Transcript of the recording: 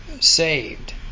saved